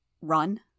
Run